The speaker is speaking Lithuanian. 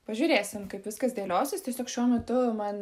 pažiūrėsim kaip viskas dėliosis tiesiog šiuo metu man